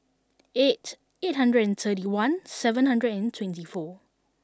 eight eight hundred and thirty one seven hundred and twenty four